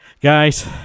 Guys